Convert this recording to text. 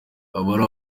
abari